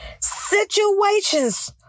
Situations